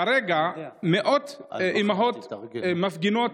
כרגע מאות אימהות מפגינות